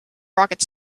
rocket